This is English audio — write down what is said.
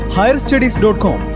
higherstudies.com